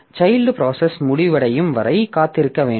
child process முடிவடையும் வரை காத்திருக்க வேண்டும்